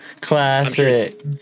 Classic